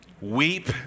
weep